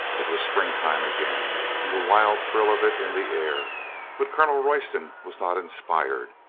it was springtime again and the wild thrill of it in the air, but colonel royston was not inspired.